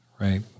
right